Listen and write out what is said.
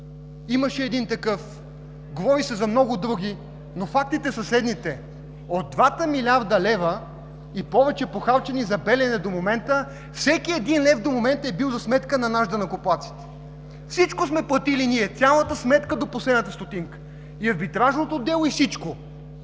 Имаше един такъв, говори се за много други, но фактите са следните. От двата и повече милиарда лева, похарчени за „Белене“ до момента, всеки лев е бил за сметка на наш данъкоплатец. Всичко сме платили ние – цялата сметка до последната стотинка, и арбитражното дело, и всичко.